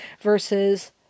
Versus